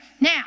now